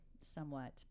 somewhat